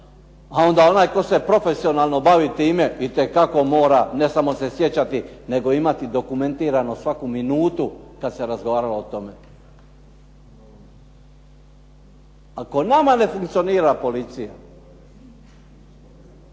a onda onaj tko se profesionalno bavi time itekako mora, ne samo se sjećati, nego imati dokumentirano svaku minutu kad se razgovaralo o tome. Ako nama ne funkcionira policija,